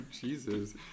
Jesus